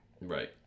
Right